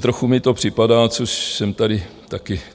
Trochu mi to připadá, což jsem tady